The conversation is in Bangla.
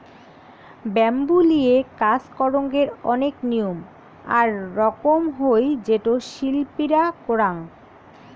ব্যাম্বু লিয়ে কাজ করঙ্গের অনেক নিয়ম আর রকম হই যেটো শিল্পীরা করাং